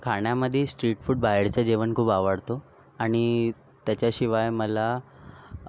मला खाण्यामध्ये street food बाहेरचं जेवण खूप आवडतो आणि त्याच्याशिवाय मला